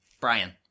Brian